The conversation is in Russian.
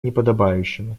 неподобающими